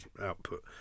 output